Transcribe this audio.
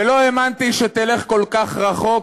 ולא האמנתי שתלך כל כך רחוק